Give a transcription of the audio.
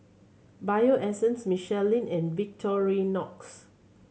Bio Essence Michelin and Victorinox